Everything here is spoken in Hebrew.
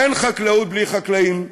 אין חקלאות בלי חקלאים,